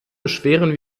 beschweren